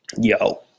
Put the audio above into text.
Yo